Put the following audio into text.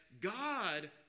God